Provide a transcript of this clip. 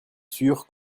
sûr